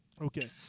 Okay